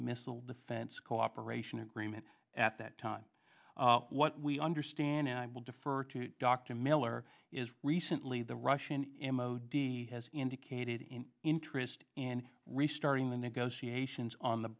missile defense cooperation agreement at that time what we understand and i will defer to dr miller is recently the russian him ody has indicated in interest in restarting the negotiations on the